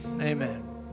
Amen